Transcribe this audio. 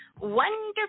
wonderful